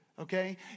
Okay